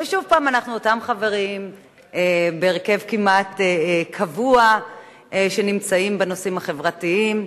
ושוב הפעם אנחנו אותם חברים בהרכב כמעט קבוע שנמצאים בנושאים החברתיים,